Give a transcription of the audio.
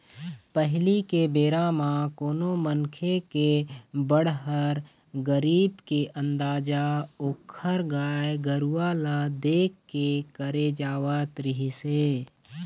पहिली के बेरा म कोनो मनखे के बड़हर, गरीब के अंदाजा ओखर गाय गरूवा ल देख के करे जावत रिहिस हे